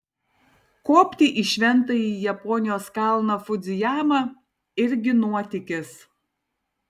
kopti į šventąjį japonijos kalną fudzijamą irgi nuotykis